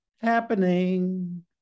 happening